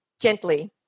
gently